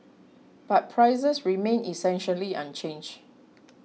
but prices remained essentially unchanged